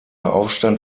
aufstand